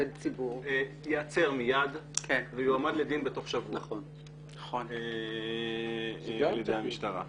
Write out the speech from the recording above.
ייעצר מיד ויועמד לדין בתוך שבוע על ידי המשטרה.